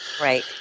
Right